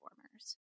performers